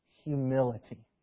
Humility